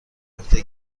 عهده